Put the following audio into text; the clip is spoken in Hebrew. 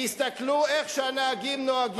תסתכלו איך הנהגים נוהגים כאן.